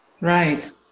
Right